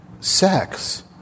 sex